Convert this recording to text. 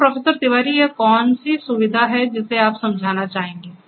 तो प्रोफेसर तिवारी यह कौन सी सुविधा है जिसे आप समझाना चाहेंगे